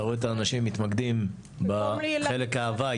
אתה רואה את האנשים מתמקדים בחלק ההווי